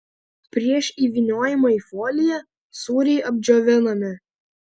prieš įvyniojimą į foliją sūriai apdžiovinami